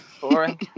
boring